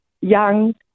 young